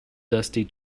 dusty